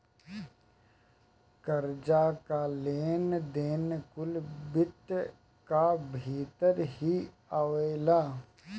कर्जा कअ लेन देन कुल वित्त कअ भितर ही आवेला